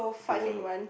do well